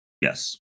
Yes